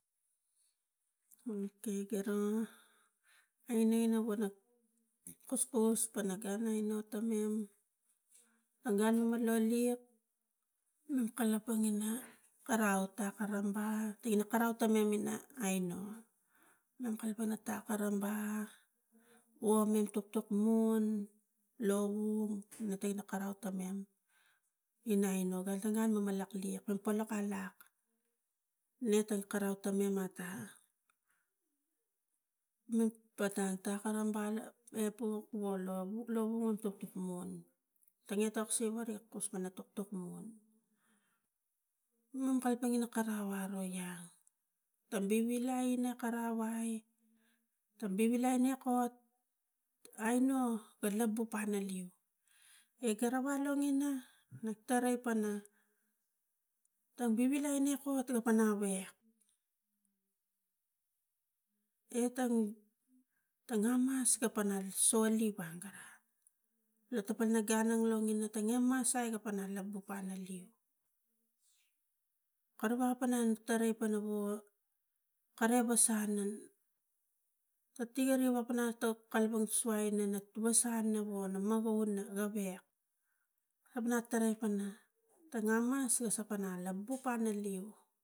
Okai garo aineng ina vara kuskus pana kaine not tamem a gun nu man la liak nuk kalapang ina karau ta karamba tigina karau ta mem ina ainu mam kalapang ina tau karamba wonge toktok ngun lovung matai ina karau ta mem ina ainu na ga tang gun mama lak liak palpalak alak ne ta karau ta mem ata, nuk pata ta karamba epuk volo buk lovung tutukun tange toksiva ri kus pana tuktukun mam kalapang ina karau aro iat, kam bivilai ina karau ai tam bivilai arekot aino pa labuk pana leu e karaval longina na tarai pana ta bivilai anekot a panang awek e tang amamas ka pana so li wang kara lo pana gun nang longina amamas at ga pana labuk pana leu, kara wapeng tarai pana wok kare wo sangan ka tigari watok kalapang ta suai ana na tua sana wo na ngana wona gavek kana tarai pana ta ngangas ta satanalabuk ane leu